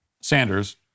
Sanders